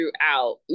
throughout